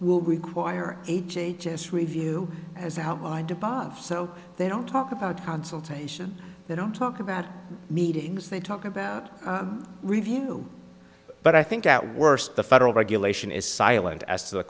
will require h h s review as outlined above so they don't talk about consultation they don't talk about meetings they talk about review but i think at worst the federal regulation is silent as to the